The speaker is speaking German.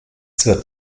zur